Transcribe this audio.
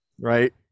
right